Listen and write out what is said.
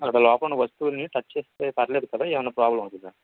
మనకి లోపల ఉన్న వస్తువులని టచ్ చేస్తే పర్వాలేదు కదా ఎమైనా ప్రాబ్లెమ్ అవుతుందా